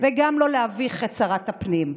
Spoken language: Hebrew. וגם לא להביך את שרת הפנים.